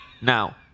Now